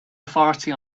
authority